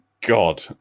god